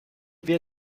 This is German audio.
wir